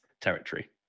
territory